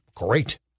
Great